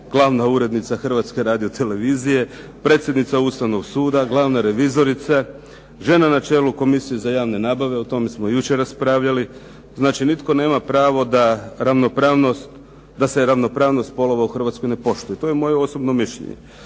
glavna urednica Hrvatske radiotelevizije, predsjednica Ustavnog suda, glavna revizorica, žena na čelu Komisije za javne nabave, o tome smo jučer raspravljali. Znači nitko nema pravo da ravnopravnost, da se ravnopravnost spolova u Hrvatskoj ne poštuje. To je moje osobno mišljenje.